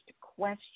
question